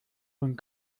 und